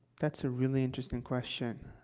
that's a really interesting question.